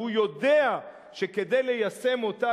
שהוא יודע שכדי ליישם אותה,